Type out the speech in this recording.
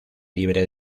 libre